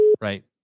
right